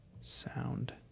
Sound